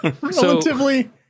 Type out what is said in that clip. Relatively